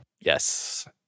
Yes